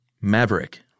Maverick